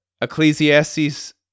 Ecclesiastes